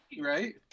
right